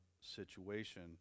situation